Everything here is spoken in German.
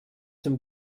dem